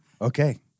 okay